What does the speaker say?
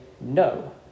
no